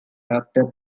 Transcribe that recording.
after